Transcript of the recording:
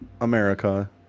America